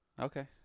okay